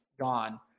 gone